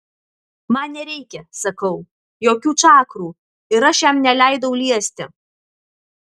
man nereikia sakau jokių čakrų ir aš jam neleidau liesti